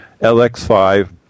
LX5